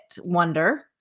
wonder